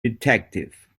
detective